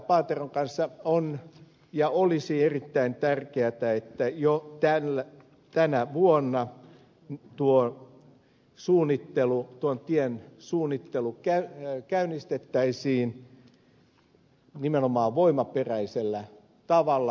paateron kanssa ja olisi erittäin tärkeätä että jo tänä vuonna tuon tien suunnittelu käynnistettäisiin nimenomaan voimaperäisellä tavalla